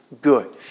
good